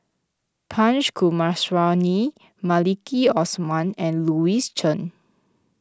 Punch Maliki Osman and Louis Chen